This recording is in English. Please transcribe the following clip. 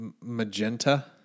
magenta